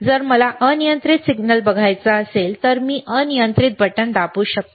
जर मला अनियंत्रित सिग्नल बघायचा असेल तर मी अनियंत्रित बटण दाबू शकतो